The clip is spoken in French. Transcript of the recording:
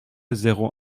zéro